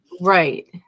Right